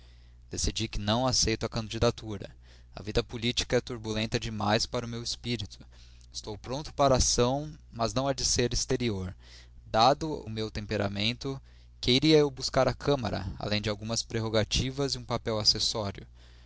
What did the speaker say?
decidi que não aceito a candidatura a vida política é turbulenta demais para o meu espírito estou pronto para a ação mas não há de ser exterior dado o meu temperamento que iria eu buscar à câmara além de algumas prerrogativas e um papel acessório